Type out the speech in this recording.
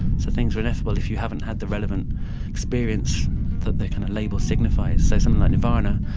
so things are ineffable if you haven't had the relevant experience that their label signifies. so something like nirvana,